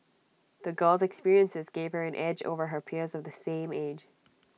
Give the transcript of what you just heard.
the girl's experiences gave her an edge over her peers of the same age